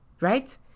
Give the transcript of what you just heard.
Right